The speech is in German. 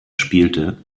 spielte